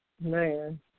Man